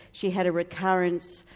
she had a recurrence,